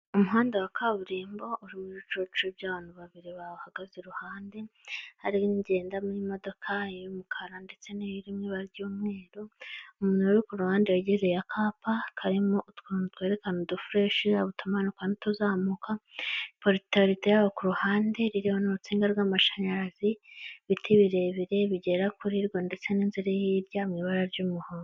Umuhanda wa kaburimbo uriho ibicucu by'abantu babiri bawuhagaze iruhande, harigenda n'imodoka y'umukara ndetse n'iri rimwe ry'umweru, umuntu uri ku ruhande ya yegereye akapa karimo utuntu twerekana udufureshi Yaba utumanuka n'utuzamuka, poritarita yaho ku ruhande iriho n'urutsindaga rw'amashanyarazi ibiti birebire bigera kurirwo ndetse n'inzirarya mu ibara ry'umuhondo.